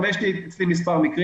אבל יש לי מספר מקרים.